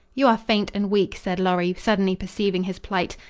you are faint and week, said lorry, suddenly perceiving his plight.